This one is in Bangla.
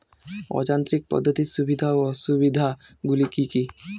অযান্ত্রিক পদ্ধতির সুবিধা ও অসুবিধা গুলি কি কি?